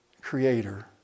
creator